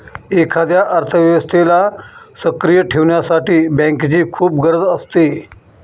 एखाद्या अर्थव्यवस्थेला सक्रिय ठेवण्यासाठी बँकेची खूप गरज असते